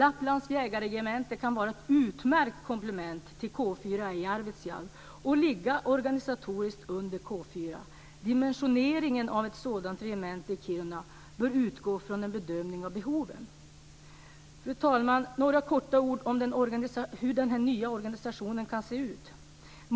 Lapplands jägarregemente kan vara ett utmärkt komplement till K 4 i Arvidsjaur och ligga organisatoriskt under K 4. Dimensioneringen av ett sådant regemente i Kiruna bör utgå från en bedömning av behoven. Fru talman! Några korta ord om hur den nya organisationen kan se ut.